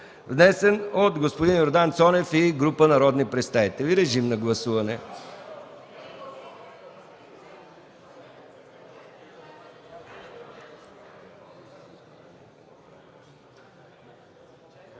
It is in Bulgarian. внесен от господин Йордан Цонев и група народни представители. Моля, гласувайте.